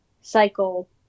cycle